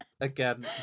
again